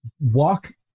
walk